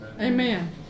Amen